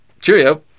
cheerio